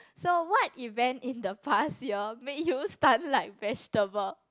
so what event in the past you all made you stunt like vegetable